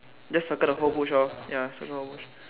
just circle the whole bush lor ya circle the whole bush